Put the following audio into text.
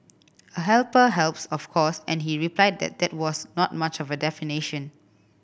a helper helps of course and he replied that that was not much of a definition